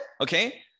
okay